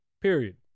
Period